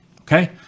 okay